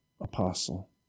apostle